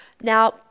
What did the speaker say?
Now